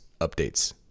updates